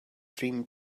dream